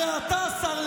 הרי אתה, השר לוין,